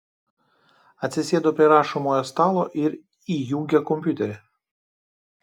atsisėdo prie rašomojo stalo ir įjungė kompiuterį